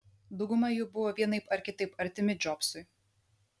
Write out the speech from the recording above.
dauguma jų buvo vienaip ar kitaip artimi džobsui